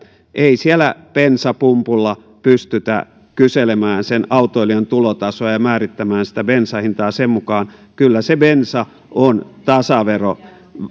ei siellä bensapumpulla pystytä kyselemään sen autoilijan tulotasoa ja määrittämään bensan hintaa sen mukaan vaan kyllä se bensa on tasaveron